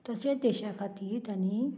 तशें देशां खातीर ताणी